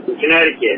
Connecticut